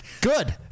Good